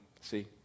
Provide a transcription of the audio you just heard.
see